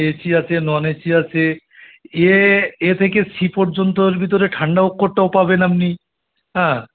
AC আছে non AC আছে ইয়ে এ থেকে সি পর্যন্তর ভিতরে ঠান্ডা অক্ষরটাও পাবেন আপনি হ্যাঁ